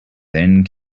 then